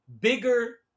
bigger